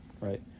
right